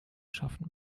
schaffen